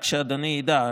רק שאדוני ידע,